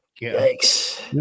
Thanks